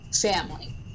family